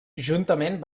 juntament